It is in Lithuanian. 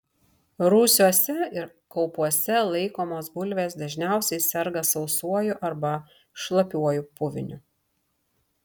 rūsiuose ir kaupuose laikomos bulvės dažniausiai serga sausuoju arba šlapiuoju puviniu